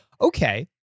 Okay